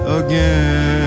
again